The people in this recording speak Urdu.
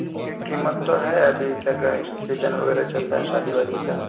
اس کی قیمت تو ہے ابھی کیا کہیں سیزن وغیرہ چل رہا ہے شادی وادی کا